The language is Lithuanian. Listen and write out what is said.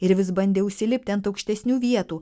ir vis bandė užsilipti ant aukštesnių vietų